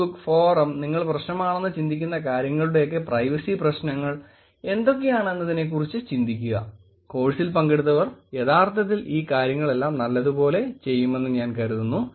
Facebook forum നിങ്ങൾ പ്രശ്നമാണെന്നു ചിന്തിക്കുന്ന കാര്യങ്ങളുടെയൊക്കെ പ്രൈവസി പ്രശ്നങ്ങൾ എന്തൊക്കെയാണെന്നതിനെക്കുറിച്ച് ചിന്തിക്കൂ കോഴ്സിൽ പങ്കെടുത്തവർ യഥാർത്ഥത്തിൽ ഈ കാര്യങ്ങളെല്ലാം നല്ലപോലെ ചെയ്യുമെന്ന് ഞാൻ കരുതുന്നു